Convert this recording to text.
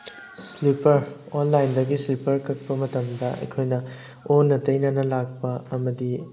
slipper ꯑꯣꯟꯂꯥꯏꯟꯗꯒꯤ sleeper ꯀꯛꯄ ꯃꯇꯝꯗ ꯑꯩꯈꯣꯏꯅ ꯑꯣꯟꯅ ꯇꯩꯅꯅ ꯂꯥꯛꯄ ꯑꯃꯗꯤ